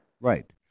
Right